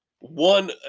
one